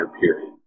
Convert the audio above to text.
period